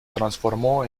transformó